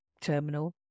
terminal